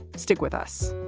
stick with us